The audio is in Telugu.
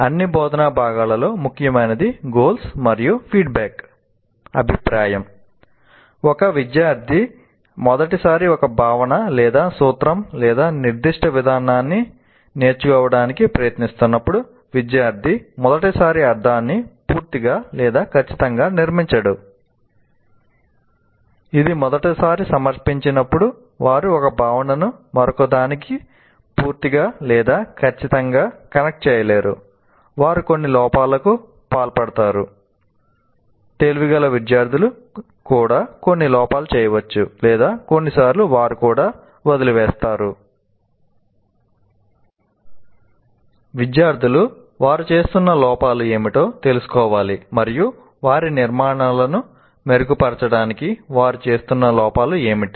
అన్ని బోధనా భాగాలలో ముఖ్యమైనది 'గోల్స్ విద్యార్థులు వారు చేస్తున్న లోపాలు ఏమిటో తెలుసుకోవాలి మరియు వారి నిర్మాణాలను మెరుగుపరచడానికి వారు చేస్తున్న లోపాలు ఏమిటి